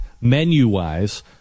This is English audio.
menu-wise